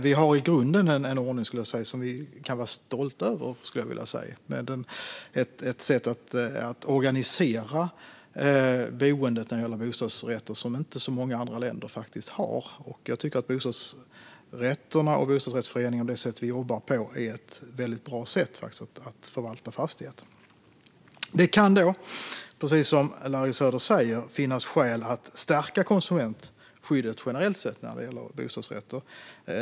Vi har i grunden en ordning som vi kan vara stolta över, skulle jag vilja säga, med ett sätt att organisera boendet när det gäller bostadsrätter som inte så många andra länder har. Jag tycker att det sätt vi jobbar på när det gäller bostadsrätterna och bostadsrättsföreningarna är ett väldigt bra sätt att förvalta fastigheter. Det kan, precis som Larry Söder sa, finnas skäl att stärka konsumentskyddet generellt sett när det gäller bostadsrätter.